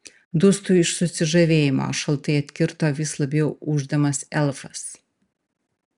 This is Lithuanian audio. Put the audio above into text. dūstu iš susižavėjimo šaltai atkirto vis labiau ūždamas elfas